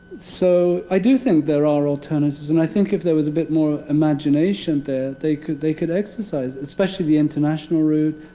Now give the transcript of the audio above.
so i do think there are alternatives. and i think if there was a bit more imagination there they could they could exercise it. especially the international route,